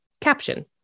caption